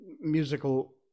musical